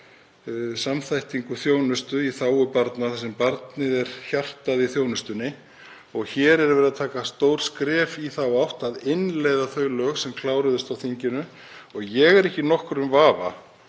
samþættingu þjónustu í þágu barna þar sem barnið er hjartað í þjónustunni. Hér er verið að taka stór skref í þá átt að innleiða þau lög sem kláruðust á þinginu. Ég er ekki í nokkrum vafa